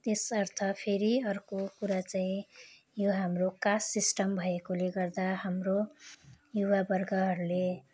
त्यसर्थ फेरि अर्को कुरा चाहिँ यो हाम्रो कास्ट सिस्टम भएकोले गर्दा हाम्रो युवावर्गहरूले